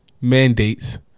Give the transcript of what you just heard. mandates